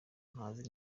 ntazi